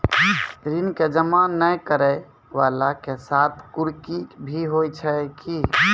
ऋण के जमा नै करैय वाला के साथ कुर्की भी होय छै कि?